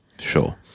Sure